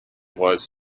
was